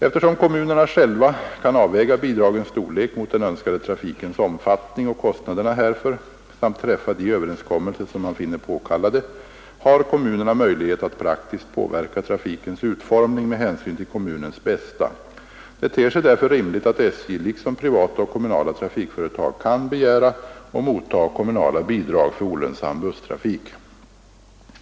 Eftersom kommunerna själva kan avväga bidragens storlek mot den önskade trafikens omfattning och kostnaderna härför samt träffa de överenskommelser som man finner påkallade, har kommunerna möjlighet att praktiskt påverka trafikens utformning med hänsyn till kommunens bästa. Det ter sig därför rimligt att SJ — liksom privata och kommunala trafikföretag — kan begära och mottaga kommunala bidrag för olönsam busstrafik.